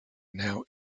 now